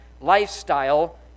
lifestyle